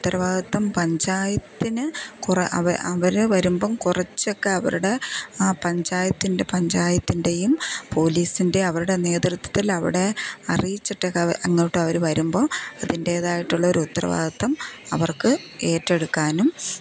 ഉത്തരവാദിത്വം പഞ്ചായത്തിന് അവര് വരുമ്പം കുറച്ചൊക്കെ അവരുടെ ആ പഞ്ചായത്തിൻ്റെ പഞ്ചായത്തിൻ്റെയും പോലീസിൻ്റെയും അവരുടെ നേതൃത്വത്തിൽ അവിടെ അറിയിച്ചിട്ടൊക്കെ ഇങ്ങോട്ട് അവര് വരുമ്പോൾ അതിൻ്റേതായിട്ടുള്ള ഒരു ഉത്തരവാദിത്വം അവർക്ക് ഏറ്റെടുക്കാനും